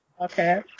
okay